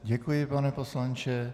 Děkuji vám, pane poslanče.